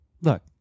Look